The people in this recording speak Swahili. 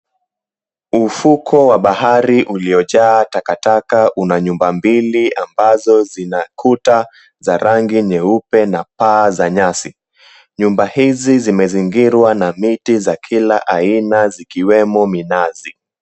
Ufuko wa bahari uliojaa takataka. Kuna nyumba mbili ambazo zina kuta za rangi nyeupe na paa za nyasi. Nyumba hizi zimezingirwa na miti za kila aina zikiwemo minazi.